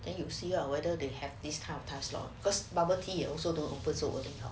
then you 需要 whether they have this time pass long cause bubble tea you also don't 你工作的地方